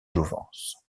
jouvence